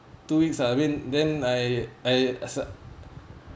two weeks ah I mean then I I as I